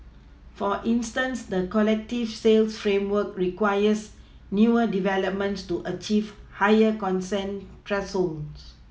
for instance the collective sales framework requires newer developments to achieve higher consent thresholds